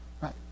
Right